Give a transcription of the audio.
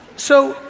so,